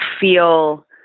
feel